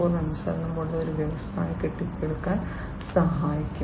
0 അനുസരണമുള്ള വ്യവസായങ്ങൾ കെട്ടിപ്പടുക്കാൻ സഹായിക്കും